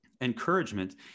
encouragement